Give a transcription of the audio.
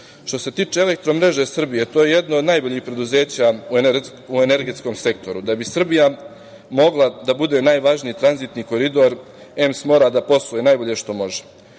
se tiče Elektromreže Srbije, to je jedno od najboljih preduzeća u energetskom sektoru. Da bi Srbija mogla da bude najvažniji tranzitni koridor, EMS mora da posluje najbolje što može.